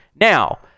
now